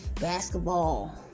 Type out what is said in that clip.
basketball